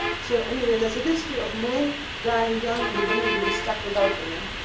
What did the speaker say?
so anyway, there's a history of men dying young and the women being stuck without the men.